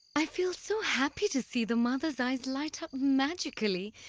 i feel so happy to see the mothers' eyes light magically,